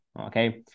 okay